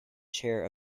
chair